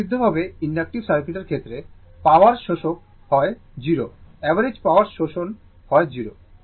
একটি বিশুদ্ধ ভাবে ইনডাকটিভ সার্কিটের ক্ষেত্রে পাওয়ার শোষক হয় 0 অ্যাভারেজ পাওয়ার শোষণ হয় 0